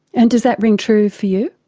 and does that ring true for you?